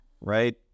right